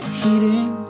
heating